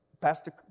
Pastor